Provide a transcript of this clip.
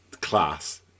Class